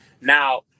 Now